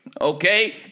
okay